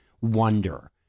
wonder